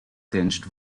tinged